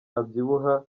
abyibuha